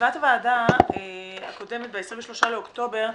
בישיבת הוועדה הקודמת ב-23 לאוקטובר,